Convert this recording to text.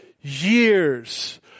years